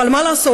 אבל מה לעשות,